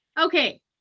okay